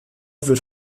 wird